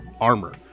armor